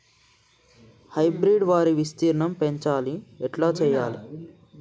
Hybrid వరి విస్తీర్ణం పెంచాలి ఎట్ల చెయ్యాలి?